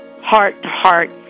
heart-to-heart